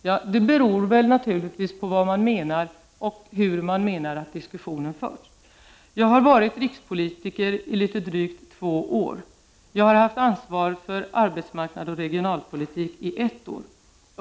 Ja, det beror naturligtvis på vad man menar — och hur man menar att diskussionen förts. Jag har varit rikspolitiker i drygt två år, och jag har haft ansvar för arbetsmarknadsoch regionalpolitik i ett år.